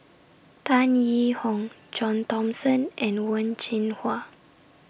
Tan Yee Hong John Thomson and Wen Jinhua